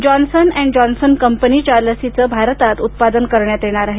Johnson and Johnson कंपनीच्या लसीचं भारतात उत्पादन करण्यात येणार आहे